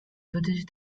footage